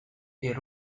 the